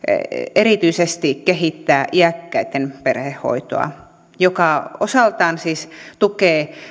erityisesti kehittää iäkkäitten perhehoitoa ja se osaltaan siis tukee